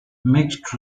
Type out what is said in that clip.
mixed